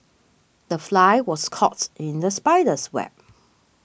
the fly was in the spider's web